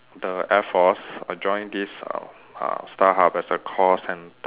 the air force I joined this uh uh Starhub as a call cen~